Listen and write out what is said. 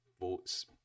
votes